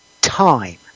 time